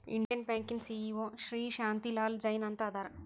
Indian ಬ್ಯಾಂಕಿನ CEO Shri Shanti Lal Jain ಅಂತ ಅದಾರ